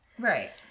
Right